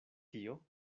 tio